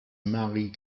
marie